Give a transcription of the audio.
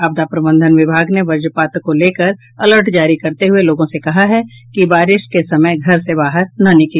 आपदा प्रबंधन विभाग ने वजपात को लेकर अलर्ट जारी करते हुये लोगों से कहा है कि बारिश के समय घर से बाहर न निकले